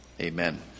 Amen